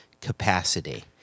capacity